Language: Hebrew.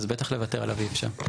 אז בטח לוותר עליו אי אפשר.